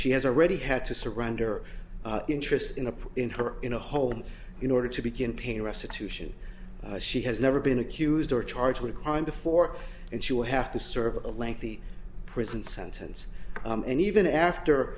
she has already had to surrender interests in a pool in her in a hole in order to begin paying restitution she has never been accused or charged with a crime before and she will have to serve a lengthy prison sentence and even after